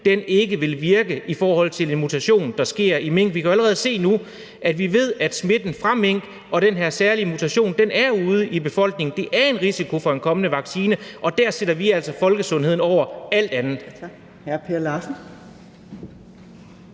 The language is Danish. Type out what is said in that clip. ikke vil virke i forhold til en mutation, der sker i mink. Vi kan jo allerede nu se, da vi ved, at smitten fra mink og den her særlige mutation er ude i befolkningen, at det er en risiko for en kommende vaccine, og der sætter vi altså folkesundheden over alt andet.